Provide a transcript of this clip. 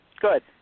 Good